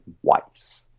twice